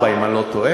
73.4 אם אני לא טועה,